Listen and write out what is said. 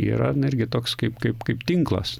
yra na irgi toks kaip kaip kaip tinklas